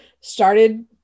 started